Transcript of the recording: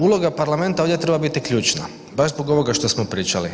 Uloga parlamenta ovdje treba biti ključna baš zbog ovoga što smo pričali.